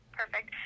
perfect